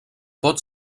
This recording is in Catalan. pot